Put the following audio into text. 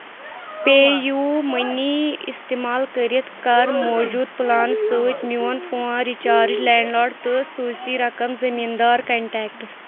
پے U money استعمال کٔرِتھ کَر موٗجوٗدٕ پلانہٕ سۭتۍ میون فون ریچارٕج لینڈ لاڑ تہٕ سوز تی رقم زٔمیٖن دار کنٹیکٹَس